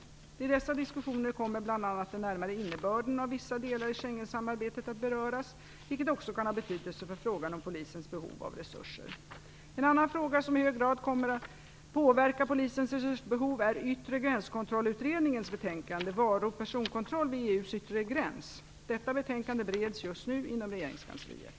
I dessa diskussioner kommer bl.a. den närmare innebörden av vissa delar i Schengensamarbetet att beröras, vilket också kan ha betydelse för frågan om Polisens behov av resurser. En annan fråga som i hög grad kan komma att påverka Polisens resursbehov är Yttre gränskontrollutredningens betänkande om varu och personkontroll vid EU:s yttre gräns . Detta betänkande bereds just nu inom regeringskansliet.